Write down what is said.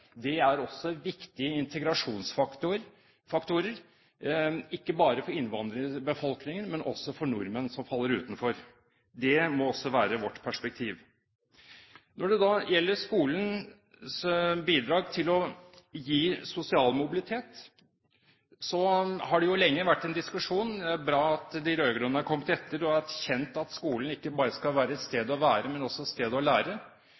er også viktige integrasjonsfaktorer, ikke bare for innvandrerbefolkningen, men også for nordmenn som faller utenfor. Det må også være vårt perspektiv. Når det gjelder skolens bidrag til sosial mobilitet, har det lenge vært en diskusjon. Det er bra at de rød-grønne har kommet etter og erkjent at skolen ikke bare skal være et sted å være, men også et sted å lære